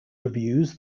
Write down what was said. reviews